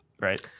Right